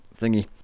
thingy